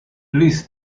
please